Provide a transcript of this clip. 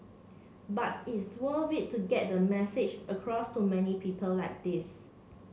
buts is to worth it to get the message across to many people like this